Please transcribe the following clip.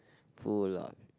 full of